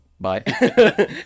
bye